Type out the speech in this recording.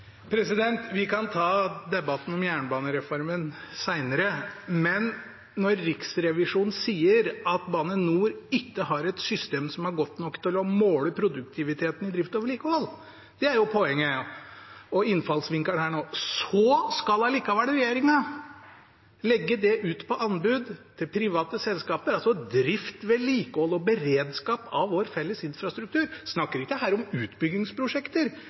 Vi kan ta debatten om jernbanereformen seinere. Men når Riksrevisjonen sier at Bane NOR ikke har et system som er godt nok til å måle produktiviteten i drift og vedlikehold – og det er poenget og innfallsvinkelen her nå – skal likevel regjeringen legge det ut på anbud til private selskaper, altså drift, vedlikehold og beredskap av vår felles infrastruktur. Vi snakker ikke her om utbyggingsprosjekter,